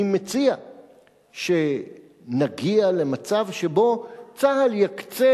אני מציע שנגיע למצב שבו צה"ל יקצה